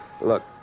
Look